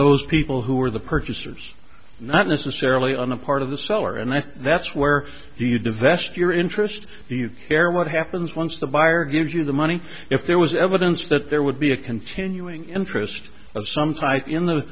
those people who are the purchasers not necessarily on the part of the seller and i think that's where you divest your interest you care what happens once the buyer gives you the money if there was evidence that there would be a continuing interest of some type in the